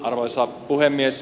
arvoisa puhemies